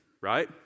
right